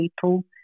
people